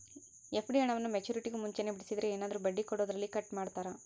FD ಹಣವನ್ನು ಮೆಚ್ಯೂರಿಟಿಗೂ ಮುಂಚೆನೇ ಬಿಡಿಸಿದರೆ ಏನಾದರೂ ಬಡ್ಡಿ ಕೊಡೋದರಲ್ಲಿ ಕಟ್ ಮಾಡ್ತೇರಾ?